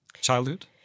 childhood